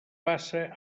passa